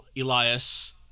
Elias